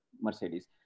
Mercedes